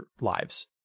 lives